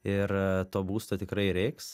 ir to būsto tikrai reiks